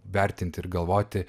vertinti ir galvoti